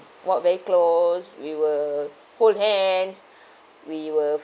walk very close we will hold hands we will